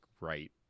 right